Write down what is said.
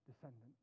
descendant